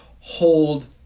hold